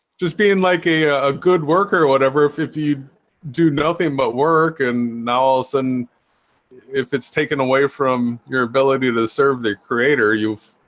just being like a ah good worker whatever if if you do nothing, but work and now else and if it's taken away from your ability to serve the creator you've